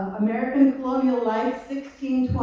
american colonial life one